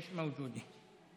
מיש מווג'ודה.